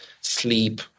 sleep